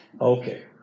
Okay